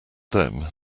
them